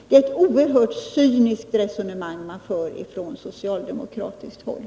Det är ett oerhört cyniskt resonemang man för från socialdemokratiskt håll.